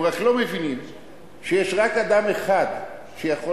הם רק לא מבינים שיש רק אדם אחד שיכול